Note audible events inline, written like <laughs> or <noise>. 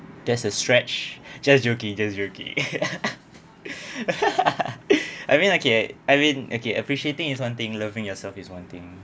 there's a stretch just joking just joking <laughs> I mean okay I mean okay appreciating is one thing loving yourself is one thing